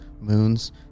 moons